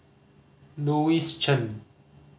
Louis Chen